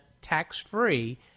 tax-free